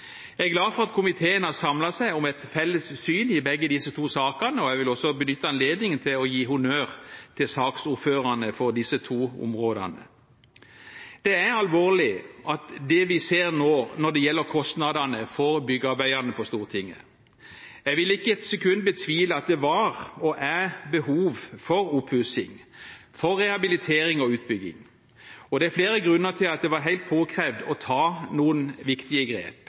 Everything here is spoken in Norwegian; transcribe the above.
Jeg er glad for at komiteen har samlet seg om et felles syn i begge disse to sakene, og jeg vil også benytte anledningen til å gi honnør til saksordførerne for disse to områdene. Det er alvorlig, det vi ser nå når det gjelder kostnadene for byggearbeidene på Stortinget. Jeg vil ikke et sekund betvile at det var og er behov for oppussing, rehabilitering og utbygging, og det er flere grunner til at det var helt påkrevd å ta noen viktige grep.